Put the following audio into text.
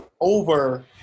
over